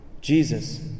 Jesus